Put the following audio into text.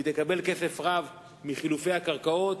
היא תקבל כסף רב מחילופי הקרקעות.